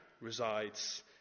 resides